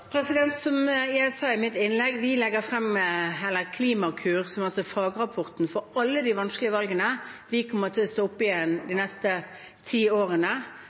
Som jeg sa i mitt innlegg: Vi legger frem Klimakur, som er fagrapporten for alle de vanskelige valgene vi kommer til å stå oppe i de neste ti årene,